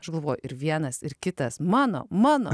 aš galvojau ir vienas ir kitas mano mano